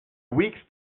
weeks